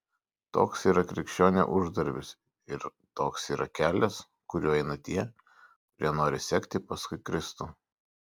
toks yra krikščionio uždarbis ir toks yra kelias kuriuo eina tie kurie nori sekti paskui kristų